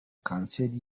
kanseri